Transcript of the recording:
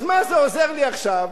אז מה זה עוזר לי עכשיו,